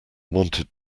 wanted